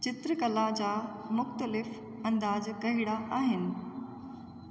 चित्रकला जा मुख़्तलिफ़ अंदाज़ कहिड़ा आहिनि